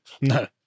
No